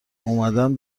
اومدم